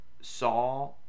saw